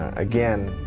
again,